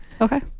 Okay